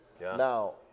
Now